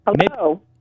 hello